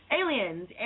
Aliens